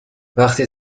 وقتی